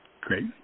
great